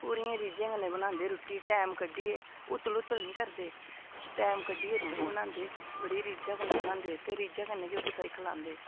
पूरियें रीझें कन्नै बनांदे रुट्टी टैम कड्ढियै हुतल हुतल निं करदे टैम कड्ढियै रुट्टी बनांदे बड़ी रीझें कन्नै बनांदे ते रीभें कन्नै गै कुसै गी खलांदे